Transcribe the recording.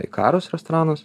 ikarus restoranas